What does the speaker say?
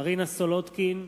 מרינה סולודקין,